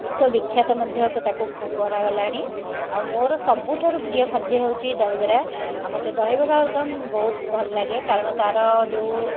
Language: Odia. ବିଶ୍ୱବିଖ୍ୟାତ ମଧ୍ୟ ତାକୁ କରାଗଲାଣି ଆଉ ମୋର ସବୁଠାରୁ ପ୍ରିୟଖାଦ୍ୟ ହେଉଛି ଦହିବରା ଆଉ ମୋତେ ଦହିବରା ଆଳୁଦମ ବହୁତ ଭଲ ଲାଗେ କାରଣ ତାର ଯେଉଁ